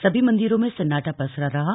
सभी मंदिरों में सन्नाटा पसरा रहा है